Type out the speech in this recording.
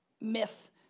myth